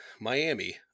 Miami